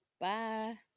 bye